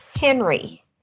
henry